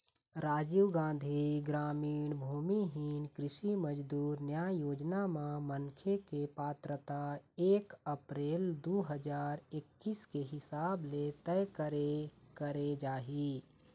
राजीव गांधी गरामीन भूमिहीन कृषि मजदूर न्याय योजना म मनखे के पात्रता एक अपरेल दू हजार एक्कीस के हिसाब ले तय करे करे जाही